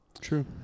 True